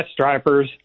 stripers